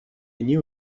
knew